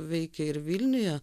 veikė ir vilniuje